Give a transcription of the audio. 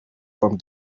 from